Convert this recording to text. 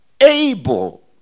able